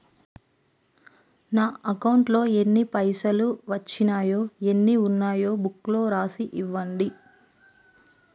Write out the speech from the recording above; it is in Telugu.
నా అకౌంట్లో ఎన్ని పైసలు వచ్చినాయో ఎన్ని ఉన్నాయో బుక్ లో రాసి ఇవ్వండి?